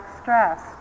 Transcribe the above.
stress